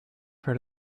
heard